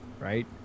Right